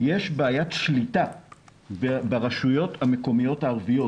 יש בעיית שליטה קשה בעניין ברשויות המקומיות הערביות